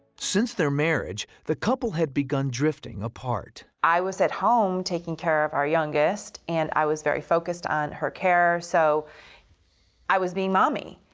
since their marriage, the couple had begun drifting apart. i was at home taking care of our youngest, and i was very focused on her care, so i was being mommy.